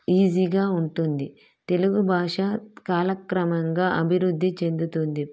ఈజీగా ఉంటుంది తెలుగు భాష కాలక్రమంగా అభివృద్ధి చెందుతుంది